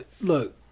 look